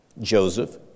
Joseph